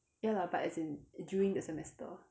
ya lah but as in during the semester